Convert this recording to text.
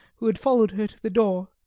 who had followed her to the door.